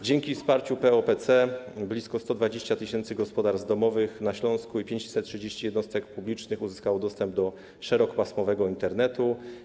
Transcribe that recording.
Dzięki wsparciu z POPC blisko 120 tys. gospodarstw domowych na Śląsku i 530 jednostek publicznych uzyskało dostęp do szerokopasmowego Internetu.